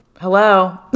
Hello